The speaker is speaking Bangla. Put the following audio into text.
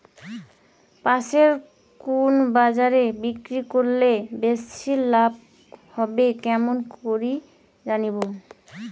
পাশের কুন বাজারে বিক্রি করিলে বেশি লাভ হবে কেমন করি জানবো?